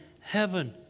heaven